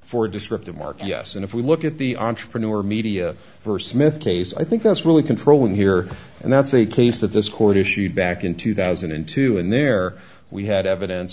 for disruptive market yes and if we look at the entrepreneur media first smith case i think that's really controlling here and that's a case that this court issued back in two thousand and two and there we had evidence